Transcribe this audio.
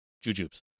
jujubes